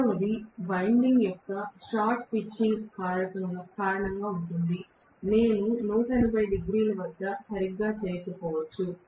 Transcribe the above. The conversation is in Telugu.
రెండవది వైండింగ్ యొక్క షార్ట్ పిచింగ్ కారణంగా ఉంటుంది నేను 180 డిగ్రీల వద్ద సరిగ్గా చేయకపోవచ్చు